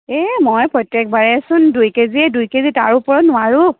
এই মই প্ৰত্যেকবাৰেই চোন দুই কে জি দুই কেজি তাৰ ওপৰত নোৱাৰোঁ